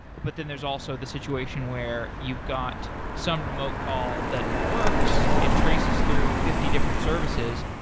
but but then there's also the situation where you've got some remote call that works. it traces through fifty different services,